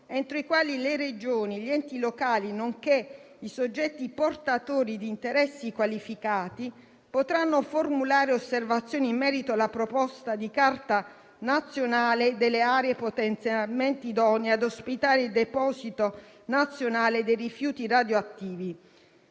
entro i quali le Regioni, gli enti locali, nonché i soggetti portatori di interessi qualificati potranno formulare osservazioni in merito alla proposta di Carta nazionale delle aree potenzialmente idonee ad ospitare il deposito nazionale dei rifiuti radioattivi;